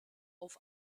auf